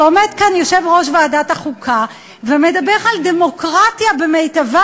ועומד כאן יושב-ראש ועדת החוקה ומדבר על דמוקרטיה במיטבה.